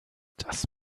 das